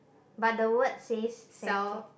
but the word says second